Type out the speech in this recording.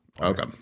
okay